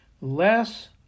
Less